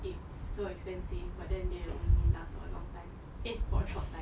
it's so expensive but then they only last for a long time eh for a short time